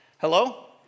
Hello